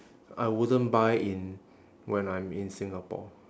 I wouldn't buy in when I'm in singapore